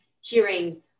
hearing